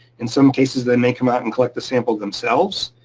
in some cases, they may come out and collect the samples themselves,